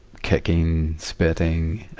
kicking, spitting,